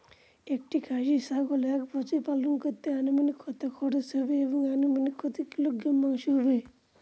একটি খাসি ছাগল এক বছর পালন করতে অনুমানিক কত খরচ হবে এবং অনুমানিক কত কিলোগ্রাম মাংস হবে?